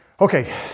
Okay